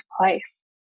place